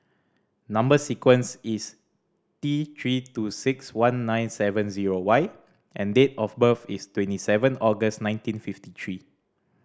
number sequence is T Three two six one nine seven zero Y and date of birth is twenty seven August nineteen fifty three